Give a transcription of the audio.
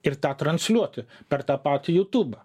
ir tą transliuoti per tą patį jutūbą